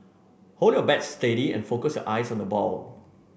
hold your bat steady and focus your eyes on the ball